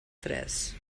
tres